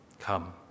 come